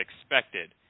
expected